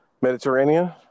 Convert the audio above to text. Mediterranean